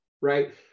right